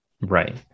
Right